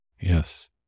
Yes